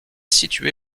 situé